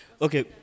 okay